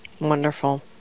wonderful